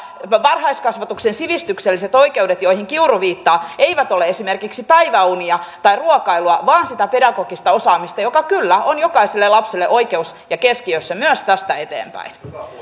varhaiskasvatuksen sivistykselliset oikeudet joihin kiuru viittaa eivät ole esimerkiksi päiväunia tai ruokailua vaan sitä pedagogista osaamista joka kyllä on jokaiselle lapselle oikeus ja keskiössä myös tästä eteenpäin